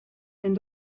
and